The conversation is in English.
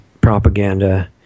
propaganda